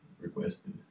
requested